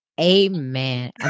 amen